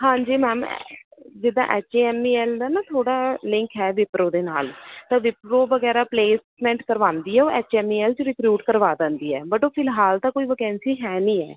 ਹਾਂਜੀ ਮੈਮ ਜਿੱਦਾਂ H A M E L ਦਾ ਨਾ ਥੋੜ੍ਹਾ ਲਿੰਕ ਹੈ ਵਿਪਰੋ ਉਹਦੇ ਨਾਲ ਤਾਂ ਵਿਪਰੋ ਵਗੈਰਾ ਪਲੇਸਮੈਂਟ ਕਰਵਾਉਂਦੀ ਹੈ ਉਹ ਐੱਚ ਐੱਮ ਈ ਐੱਲ 'ਚ ਰਿਕਰੂਟ ਕਰਵਾ ਦਿੰਦੀ ਹੈ ਬਟ ਉਹ ਫਿਲਹਾਲ ਤਾਂ ਕੋਈ ਵੈਕੈਂਸੀ ਹੈ ਨਹੀਂ ਹੈ